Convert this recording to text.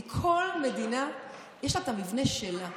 כי כל מדינה יש לה את המבנה שלה.